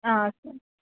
okay